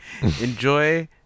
Enjoy